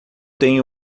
tem